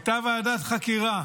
הייתה ועדת חקירה